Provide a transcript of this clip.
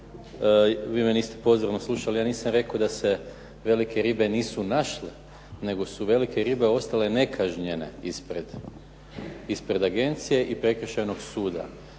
Vi me niste pozorno slušali. Ja nisam rekao da se velike ribe nisu našle, nego su velike ribe ostale nekažnjene ispred agencije i prekršajnog suda.